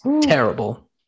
terrible